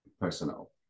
personal